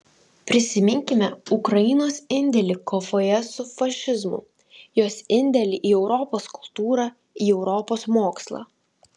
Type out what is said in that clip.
prisiminkime ukrainos indėlį kovoje su fašizmu jos indėlį į europos kultūrą į europos mokslą